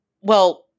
Well-